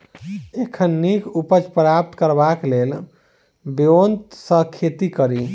एखन नीक उपज प्राप्त करबाक लेल केँ ब्योंत सऽ खेती कड़ी?